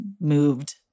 moved